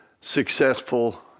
successful